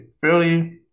fairly